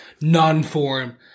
non-form